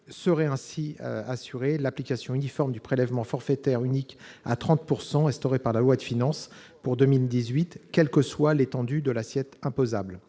Serait ainsi assurée l'application uniforme du prélèvement forfaitaire unique à 30 % instauré par la loi de finances pour 2018, quelle que soit l'étendue de l'assiette d'imposition.